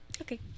Okay